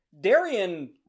Darian